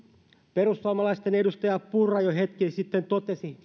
perussuomalaisten edustaja purra jo hetki sitten totesi